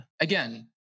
Again